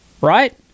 Right